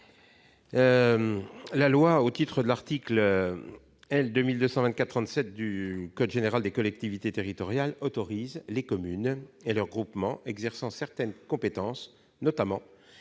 n° 247 rectifié. L'article L. 2224-37 du code général des collectivités territoriales autorise les communes et leurs groupements exerçant certaines compétences, notamment